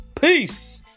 Peace